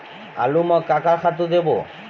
आलू म का का खातू देबो?